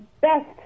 best